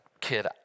kid